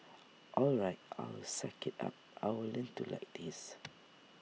all right I'll suck IT up I'll learn to like this